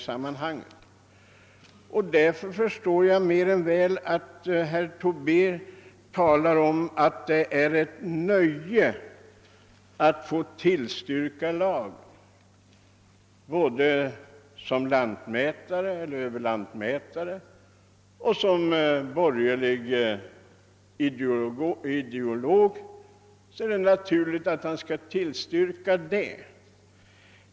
Jag förstår alltså att herr Tobé anser att det är ett nöje att få tillstyrka lagförslaget — både som Ööverlantmätare och som borgerlig ideolog bör han känna det på detta sätt.